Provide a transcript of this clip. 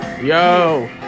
Yo